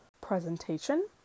presentation